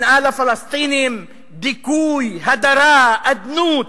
שנאה לפלסטינים, דיכוי, הדרה, אדנות,